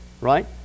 right